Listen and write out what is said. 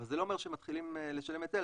אבל זה לא אומר שהם מתחילים לשלם היטל.